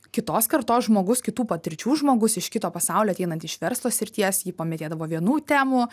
kitos kartos žmogus kitų patirčių žmogus iš kito pasaulio ateinanti iš verslo srities jį pametėdavo vienų temų